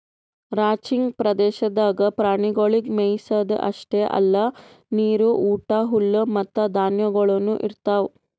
ranching ಪ್ರದೇಶದಾಗ್ ಪ್ರಾಣಿಗೊಳಿಗ್ ಮೆಯಿಸದ್ ಅಷ್ಟೆ ಅಲ್ಲಾ ನೀರು, ಊಟ, ಹುಲ್ಲು ಮತ್ತ ಧಾನ್ಯಗೊಳನು ಇರ್ತಾವ್